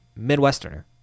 Midwesterner